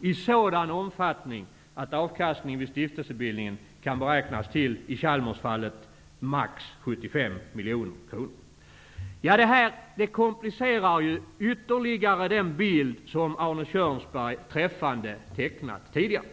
i sådan omfattning att avkastningen vid stiftelsebildningen kan beräknas till i Detta komplicerar ytterligare den träffande bild som Arne Kjörnsberg har tecknat tidigare.